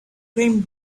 came